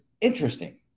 interesting